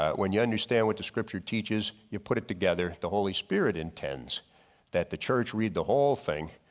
when you understand what the scripture teaches you, put it together the holy spirit intends that the church read the whole thing,